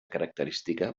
característica